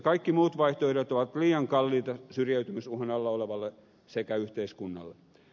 kaikki muut vaihtoehdot ovat liian kalliita syrjäytymisuhan alla olevalle sekä yhteiskunnalle